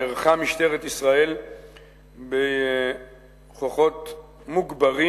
נערכה משטרת ישראל בכוחות מוגברים